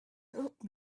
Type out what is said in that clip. helped